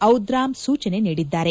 ಜಿದ್ರಾಮ್ ಸೂಚನೆ ನೀಡಿದ್ದಾರೆ